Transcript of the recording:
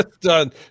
done